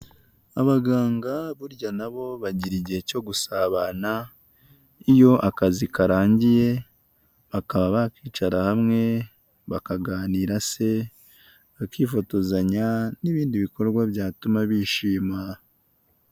Abaganga burya na bo bagira igihe cyo gusabana iyo akazi karangiye, bakaba bakicara hamwe bakaganira se, bakifotozanya n'ibindi bikorwa byatuma bishima.